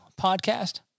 podcast